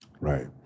right